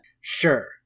sure